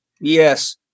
Yes